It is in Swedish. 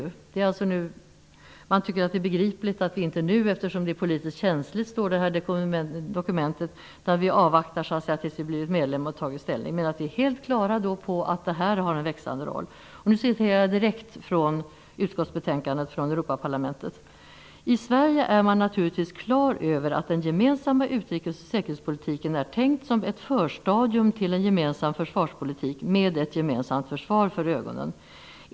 Det står i dokumentet att det är begripligt det inte är aktuellt just nu, eftersom det är politiskt känsligt. Jag citerar direkt från Europaparlamentets utskottsbetänkande: ''I Sverige är man naturligtvis klar över att den gemensamma utrikes och säkerhetspolitiken är tänkt som ett förstadium till en gemensam försvarspolitik med ett gemensamt försvar för ögonen.